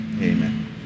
Amen